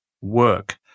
work